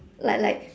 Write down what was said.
like like